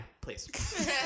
please